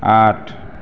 आठ